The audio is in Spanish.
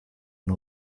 una